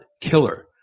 killer